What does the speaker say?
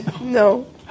no